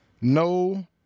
no